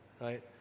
right